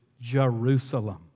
Jerusalem